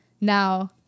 now